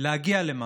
להגיע למשהו,